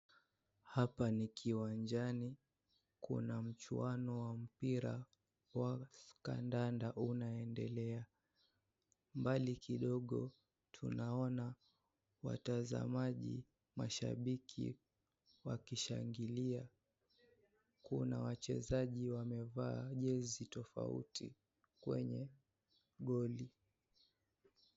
Hapa ni kiwanjani, kuna mchuano wa mpira wa kandanda unaendelea . Mbali kidogo tunaona watazamaji mashabiki wakishangilia kuna wachezaji wamevaa jezi tofauti kwenye goli.